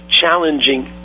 challenging